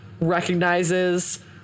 recognizes